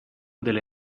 delle